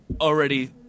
Already